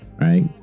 right